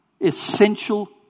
essential